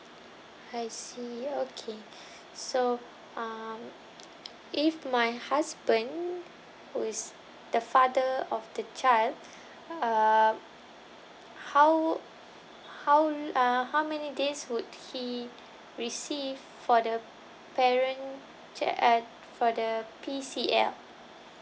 I see okay so uh if my husband who is the father of the child uh how how uh how many days would he receive for the parent cha~ uh for the P_C_L